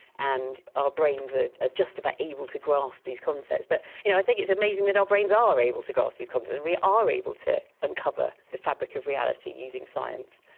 and our brains ah are just about able to grasp these concepts. but you know i think it's amazing that our brains ah are able to grasp these concepts and we are able to uncover the fabric of reality using science.